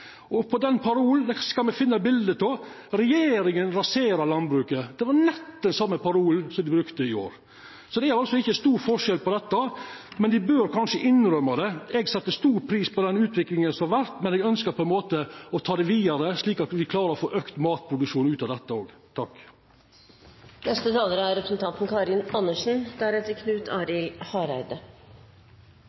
var nett den same parolen som dei brukte i år, så det er ikkje stor forskjell på dette, men dei bør kanskje innrømma det. Eg set stor pris på den utviklinga som har vore, men eg ønskjer å ta det vidare, slik at me klarer å få auka matproduksjon ut av dette òg. Det er stor forskjell på det landbruksoppgjøret som var i fjor, og det landbruksoppgjøret som er